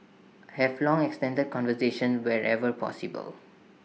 have long extended conversations wherever possible